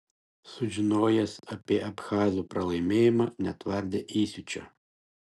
sužinojęs apie abchazų pralaimėjimą netvardė įsiūčio